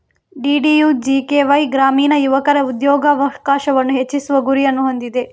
DDUJKY ಗ್ರಾಮೀಣ ಯುವಕರ ಉದ್ಯೋಗಾವಕಾಶವನ್ನು ಹೆಚ್ಚಿಸುವ ಗುರಿಯನ್ನು ಹೊಂದಿದೆ